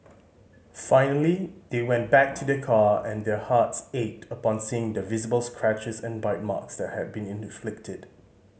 finally they went back to their car and their hearts ached upon seeing the visible scratches and bite marks that had been inflicted